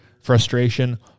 frustration